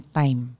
time